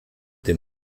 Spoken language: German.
dem